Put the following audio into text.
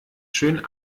schön